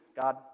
God